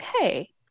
okay